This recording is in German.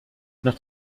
nach